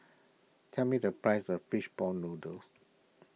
tell me the price of Fish Ball Noodles